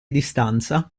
distanza